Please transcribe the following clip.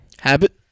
Habit